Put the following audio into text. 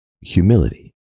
humility